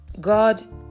God